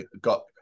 got